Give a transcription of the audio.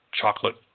chocolate